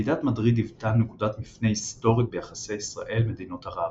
ועידת מדריד היוותה נקודת מפנה היסטורית ביחסי ישראל–מדינות ערב.